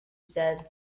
said